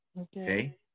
Okay